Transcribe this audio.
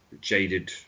jaded